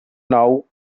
nou